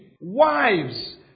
wives